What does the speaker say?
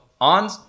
on